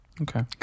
Okay